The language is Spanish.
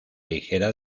ligera